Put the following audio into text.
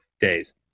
days